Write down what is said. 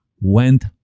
went